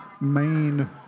main